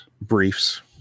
Briefs